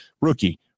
rookie